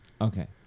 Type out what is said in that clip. Okay